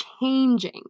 changing